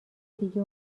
دیگه